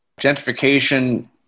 Gentrification